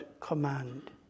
command